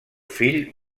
fill